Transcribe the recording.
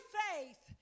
faith